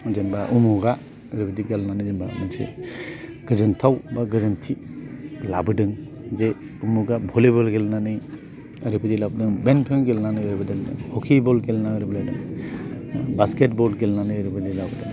जेनेबा उमुकआ ओरैबायदि गेलेनानै जेनेबा मोनसे गोजोनथाव बा गोजोनथि लाबोदों जे उमुकआ भलिबल गेलेनानै ओरैबायदि लाबोदों बेडमिन्टन गेलेनानै ओरैबायदि लाबोदों हकि बल गेलेनानै ओरैबायदि लाबोदों बास्केटबल गेलेनानै ओरैबायदि लाबोदों